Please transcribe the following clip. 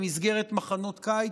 במסגרת מחנות קיץ.